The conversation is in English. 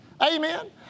Amen